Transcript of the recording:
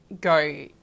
go